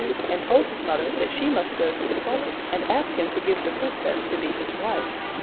and told his mother that she must go to the sultan, and ask him to give the princess to be his wife.